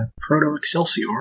proto-Excelsior